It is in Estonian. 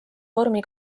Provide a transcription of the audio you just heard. vormi